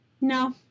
No